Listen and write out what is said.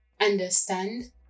understand